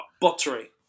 Buttery